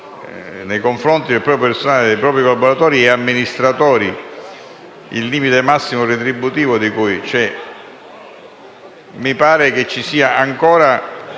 nei confronti del proprio personale e dei propri collaboratori e amministratori, esiste un limite massimo retributivo. Mi pare che ci sia ancora